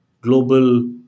global